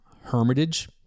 Hermitage